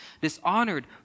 dishonored